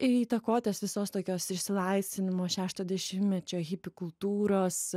ir įtakotas visos tokios išsilaisvinimo šešto dešimtmečio hipių kultūros